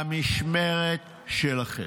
במשמרת שלכם.